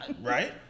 Right